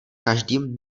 každým